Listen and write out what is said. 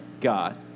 God